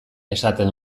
esaten